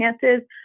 chances